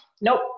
nope